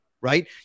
right